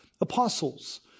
apostles